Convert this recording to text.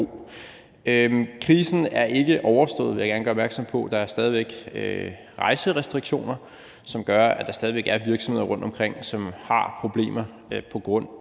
gerne gøre opmærksom på. Der er stadig væk rejserestriktioner, som gør, at der stadig væk er virksomheder rundtomkring, som har problemer på grund